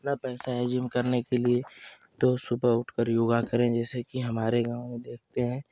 न पैसा है जिम करने के लिये तो सुबह उठकर योग करें जैसे कि हमारे गाँव में देखते हैं तो